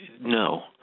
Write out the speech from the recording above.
No